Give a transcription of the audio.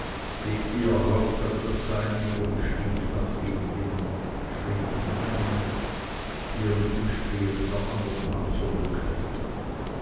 legte ihr haupt auf das seinige und schlief nach wenigen schritten ein die er mit dem speer in der anderen hand zurücklegte